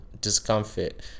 discomfort